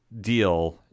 deal